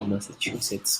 imassachusettsx